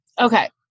Okay